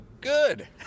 good